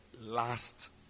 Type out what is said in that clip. last